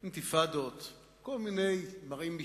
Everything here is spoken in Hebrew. אינתיפאדות, כל מיני מרעין בישין.